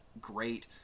great